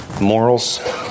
morals